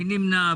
מי נמנע?